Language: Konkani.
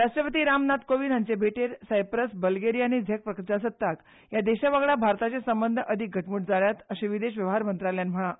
राष्ट्रपती रामनाथ कोविंद हांचे भेटेर सिप्रस बल्गेरिया आनी झॅक प्रजासत्ताक ह्या देशावांगडा भारताचे संबंद अदिक घटमुट जाल्यात अशे विदेश वेव्हार मंत्रालयान म्हळा